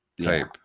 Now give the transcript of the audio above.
type